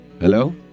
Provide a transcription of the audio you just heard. Hello